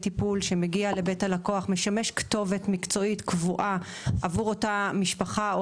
מגיע לבית הלקוח ומשמש כתובת מקצועית קבועה עבור אותה משפחה או